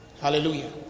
Hallelujah